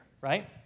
right